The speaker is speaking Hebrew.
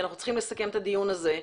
כי אנחנו צריכים לסכם את הדיון הזה,